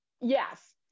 Yes